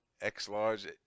x-large